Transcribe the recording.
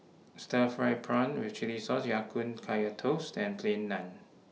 Stir Fried Prawn with Chili Sauce Ya Kun Kaya Toast and Plain Naan